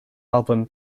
album